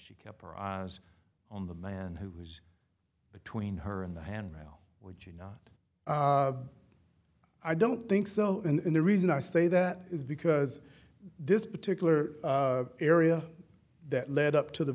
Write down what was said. she kept her eyes on the man who was between her and the handrail would you not i don't think so in the reason i say that is because this particular area that led up to the